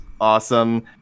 awesome